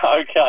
Okay